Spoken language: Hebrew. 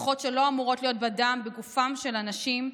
מתכות שלא אמורות להיות בדם בגופם של אנשים.